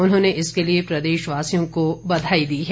उन्होंने इसके लिए प्रदेशवासियों को बधाई दी है